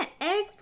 Egg